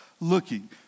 looking